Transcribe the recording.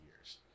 years